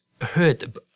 heard